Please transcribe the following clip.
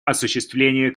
осуществлению